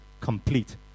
complete